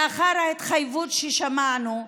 לאחר ההתחייבות ששמענו,